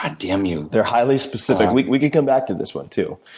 ah damn you. they're highly specific. we we can come back to this one, too.